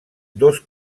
dos